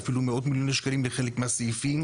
ואפילו מאות מיליוני שקלים בחלק מהסעיפים,